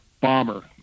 bomber